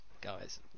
guys